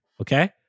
okay